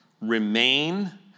remain